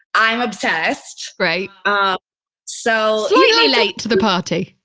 i'm obsessed right ah so slightly late to the party.